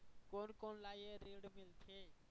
कोन कोन ला ये ऋण मिलथे?